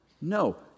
No